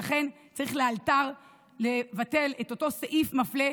לכן, צריך לאלתר לבטל את אותו סעיף מפלה,